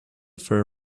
fair